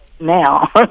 now